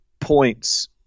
points